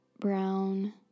brown